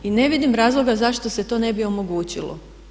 I ne vidim razloga zašto se to ne bi omogućilo.